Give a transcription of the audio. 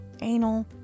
anal